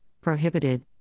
prohibited